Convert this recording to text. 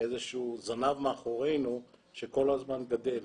איזה שהוא זנב מאחורינו שכל הזמן גדל.